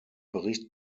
bericht